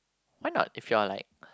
why not if you are like